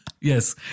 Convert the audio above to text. Yes